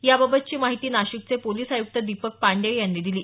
याबाबतची माहिती नाशिकचे पोलीस आय़क्त दीपक पांडेय यांनी दिली